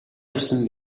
явсан